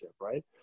right